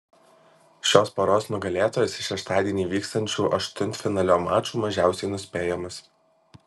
šios poros nugalėtojas iš šeštadienį vykstančių aštuntfinalio mačų mažiausiai nuspėjamas